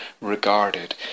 regarded